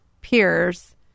peers